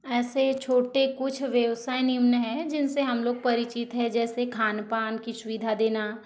ऐसे छोटे कुछ व्यवसाय निम्न हैं जिनसे हम लोग परिचित है जैसे खान पान की सुविधा देना